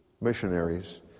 missionaries